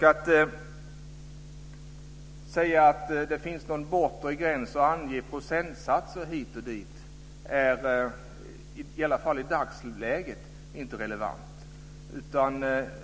Att säga att det finns någon bortre gräns och ange procentsatser hit och dit är i alla fall i dagsläget inte relevant.